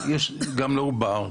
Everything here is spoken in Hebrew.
יש גם לעובר.